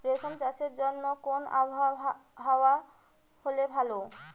রেশম চাষের জন্য কেমন আবহাওয়া হাওয়া হলে ভালো?